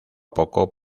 poco